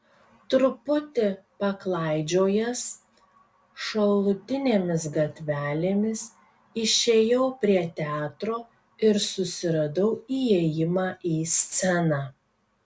truputį paklaidžiojęs šalutinėmis gatvelėmis išėjau prie teatro ir susiradau įėjimą į sceną